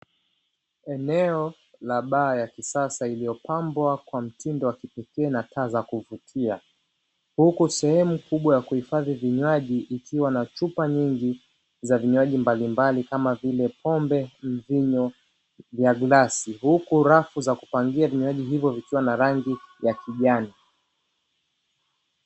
Eneo la baya ya kisasa iliyopambwa kwa mtindo wa kifikie na taa za kuvutia huko sehemu kubwa ya kuhifadhi vinywaji, ikiwa na chupa nyingi za vinywaji mbalimbali kama vile pombe ya glasi buko rafu za kupangiaje hivyo vikiwa na rangi ya kijani.